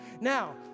Now